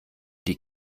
die